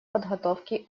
подготовке